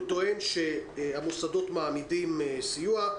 הוא טוען שהמוסדות מעמידים סיוע,